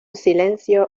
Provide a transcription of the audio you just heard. silencio